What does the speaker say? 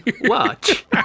Watch